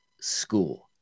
school